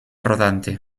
rodante